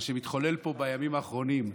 מה שמתחולל פה בימים האחרונים,